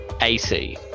AC